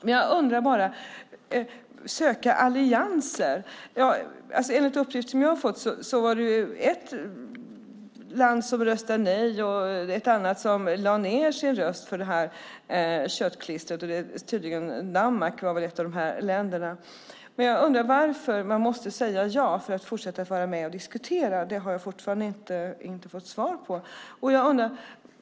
När det gäller att söka allianser var det enligt uppgifter som jag har fått ett land som röstade nej och ett annat som lade ned sin röst för det här köttklistret. Danmark var väl ett av länderna. Varför måste man säga ja för att fortsätta att vara med och diskutera? Det har jag fortfarande inte fått svar på.